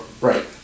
Right